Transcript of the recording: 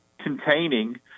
Containing